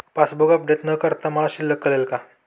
Passbook update न करता मला शिल्लक कळेल का?